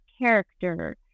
character